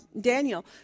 Daniel